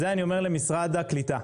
זה אני אומר למשרד הקליטה.